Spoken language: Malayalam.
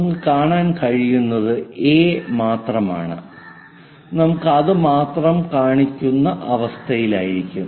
നമുക്ക് കാണാൻ കഴിയുന്നത് എ മാത്രമാണ് നമുക്ക് അത് മാത്രം കാണാനാകുന്ന അവസ്ഥയിലായിരിക്കും